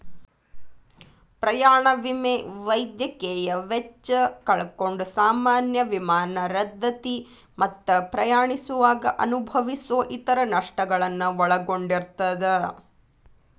ಪ್ರಯಾಣ ವಿಮೆ ವೈದ್ಯಕೇಯ ವೆಚ್ಚ ಕಳ್ಕೊಂಡ್ ಸಾಮಾನ್ಯ ವಿಮಾನ ರದ್ದತಿ ಮತ್ತ ಪ್ರಯಾಣಿಸುವಾಗ ಅನುಭವಿಸೊ ಇತರ ನಷ್ಟಗಳನ್ನ ಒಳಗೊಂಡಿರ್ತದ